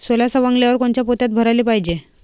सोला सवंगल्यावर कोनच्या पोत्यात भराले पायजे?